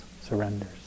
surrenders